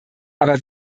aber